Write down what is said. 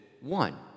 one